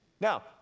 Now